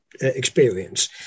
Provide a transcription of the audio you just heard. experience